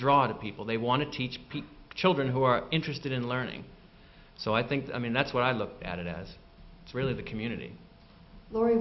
draw to people they want to teach children who are interested in learning so i think i mean that's where i look at it as really the community lorie